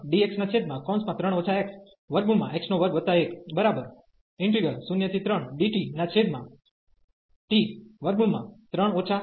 03dx3 xx2103dtt3 t21 હવે આપણે આ ઈન્ટિગ્રલ ના કન્વર્ઝન વિશે વાત કરી શકીશું